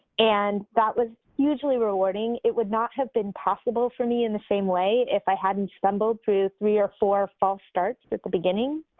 and that was hugely rewarding. it would not have been possible for me in the same way if i hadn't stumbled through three or four false starts at but the beginning.